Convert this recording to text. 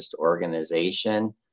organization